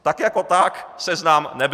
Tak jako tak seznam nebyl.